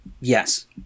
Yes